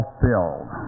filled